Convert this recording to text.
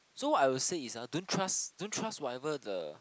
so I'll say is ah don't trust don't trust whatever the